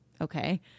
okay